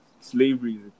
slavery